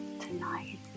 tonight